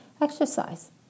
exercise